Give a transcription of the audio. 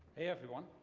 everyone.